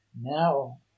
now